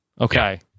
okay